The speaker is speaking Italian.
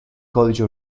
codice